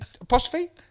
apostrophe